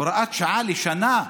הוראת שעה לשנה,